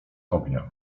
ognia